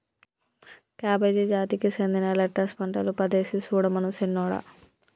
cabbage జాతికి సెందిన lettuce పంటలు పదేసి సుడమను సిన్నోడా